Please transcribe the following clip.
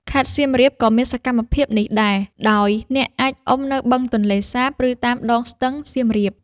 ខេត្តសៀមរាបក៏មានសកម្មភាពនេះដែរ ដោយអ្នកអាចអុំនៅបឹងទន្លេសាប ឬតាមដងស្ទឹងសៀមរាប។